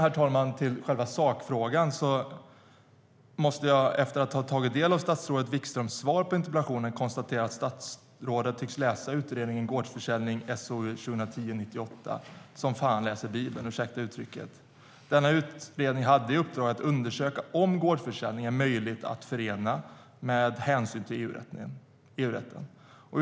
Om vi går till själva sakfrågan måste jag, efter att ha tagit del av statsrådet Wikströms svar på interpellationen, konstatera att statsrådet tycks läsa utredningen Gårdsförsäljning SoU 2010:98 som fan läser Bibeln - ursäkta uttrycket! Utredningen hade i uppdrag att undersöka om gårdsförsäljning är möjligt att förena med EU-rätten.